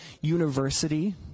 university